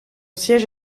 siège